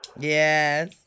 Yes